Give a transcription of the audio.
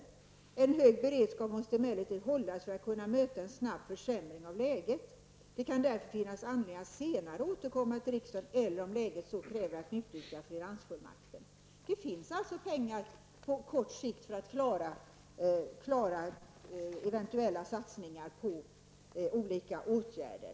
Han anför vidare att en hög beredskap emellertid måste hållas för att kunna möta en snabb försämring av läget och att det därför kan finnas anledning att senare återkomma till riksdagen, eller, om läget så kräver, att utöka finansfullmakten. Det finns alltså pengar på kort sikt för att klara eventuella satsningar på olika åtgärder.